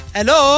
Hello